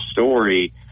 story